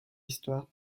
histoire